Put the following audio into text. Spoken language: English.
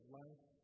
life